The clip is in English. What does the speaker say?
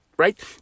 right